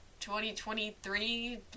2023